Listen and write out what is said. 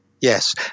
Yes